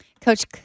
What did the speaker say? coach